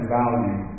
value